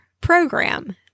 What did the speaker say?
program